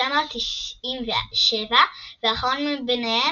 בשנת 1997, והאחרון מביניהם,